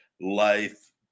life